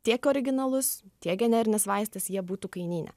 tiek originalus tiek generinis vaistas jie būtų kainyne